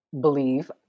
believe